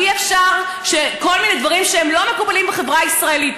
אי-אפשר כל מיני דברים שלא מקובלים בחברה הישראלית.